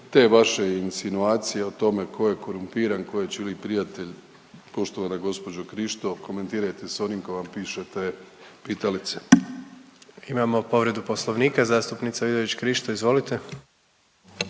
Te vaše insinuacije o tome tko je korumpiran, tko je čiji prijatelj, poštovana gđo Krišto, komentirajte s onim tko vam piše te pitalice. **Jandroković, Gordan (HDZ)** Imamo povredu Poslovnika, zastupnica Vidović Krišto, izvolite.